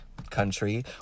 country